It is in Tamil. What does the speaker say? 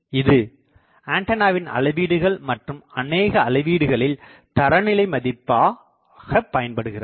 இது ஆண்டனாவின் அளவீடுகள் மற்றும் அனேகஅளவீடுகளில் தரநிலை மதிப்பா பயன்படுகிறது